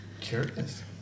curious